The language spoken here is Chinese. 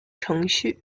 程序